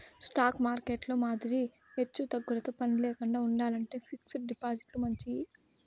stock మార్కెట్టులో మాదిరి ఎచ్చుతగ్గులతో పనిలేకండా ఉండాలంటే ఫిక్స్డ్ డిపాజిట్లు మంచియి